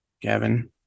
Gavin